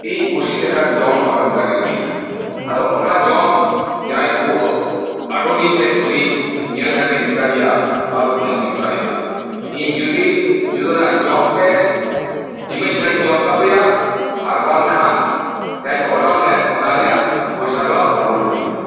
ᱤᱧ ᱠᱩᱥᱤ ᱞᱮᱠᱟᱱ ᱡᱚᱢ ᱵᱟᱠᱚ ᱮᱢ ᱫᱟᱲᱮᱭᱟᱫᱤᱧᱟ ᱟᱫᱚ ᱚᱱᱟ ᱡᱚᱢ ᱡᱟᱦᱟᱸᱭ ᱟᱜᱩ ᱦᱚᱴᱚ ᱟᱹᱫᱤᱧ ᱛᱟᱦᱮᱫ ᱩᱱᱤ ᱧᱮᱞ ᱠᱟᱛᱮᱧ ᱢᱮᱛᱟ ᱫᱮᱭᱟ ᱱᱚᱶᱟ ᱫᱚ ᱵᱟᱹᱧ ᱡᱚᱢ ᱫᱟᱲᱮᱭᱟᱜᱼᱟ ᱤᱧ ᱡᱩᱫᱤ ᱡᱩᱫᱟᱹᱱᱟᱜ ᱡᱚᱢ ᱯᱮ ᱮᱢᱟᱹᱧ ᱠᱷᱟᱡᱤᱧ ᱡᱚᱢ ᱛᱟᱯᱮᱭᱟ ᱟᱨ ᱵᱟᱝᱠᱷᱟᱱ ᱡᱟᱦᱟᱸᱧ ᱚᱰᱟᱨ ᱞᱮᱫ ᱚᱱᱟ ᱨᱮᱭᱟᱜ ᱯᱚᱭᱥᱟ ᱫᱚ ᱨᱩᱭᱟᱹᱲ ᱠᱟᱛᱤᱧ ᱯᱮ